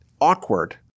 awkward